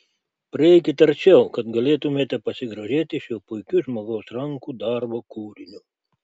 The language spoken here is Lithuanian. prieikit arčiau kad galėtumėte pasigrožėti šiuo puikiu žmogaus rankų darbo kūriniu